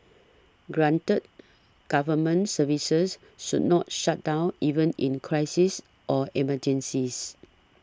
granted government services should not shut down even in crises or emergencies